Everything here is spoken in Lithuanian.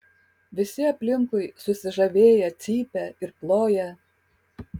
visi aplinkui susižavėję cypia ir ploja